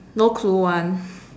no clue [one]